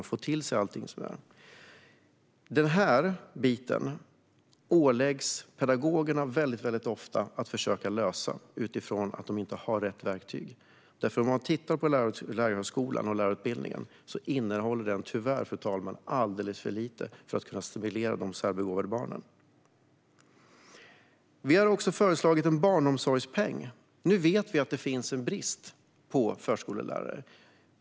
Detta problem åläggs pedagogerna väldigt ofta att försöka lösa trots att de inte har rätt verktyg, för tyvärr innehåller lärarutbildningen alldeles för lite för att de ska kunna stimulera de särbegåvade barnen. Vi har föreslagit en barnomsorgspeng. Nu vet vi att det finns en brist på förskollärare.